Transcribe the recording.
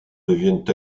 deviennent